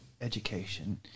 education